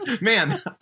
Man